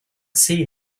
see